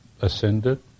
ascended